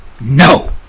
No